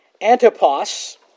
Antipas